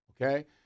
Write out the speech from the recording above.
Okay